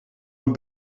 een